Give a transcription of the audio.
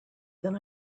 than